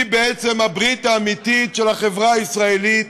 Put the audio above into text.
היא הברית האמיתית של החברה הישראלית,